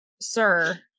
sir